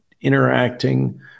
interacting